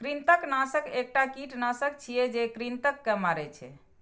कृंतकनाशक एकटा कीटनाशक छियै, जे कृंतक के मारै छै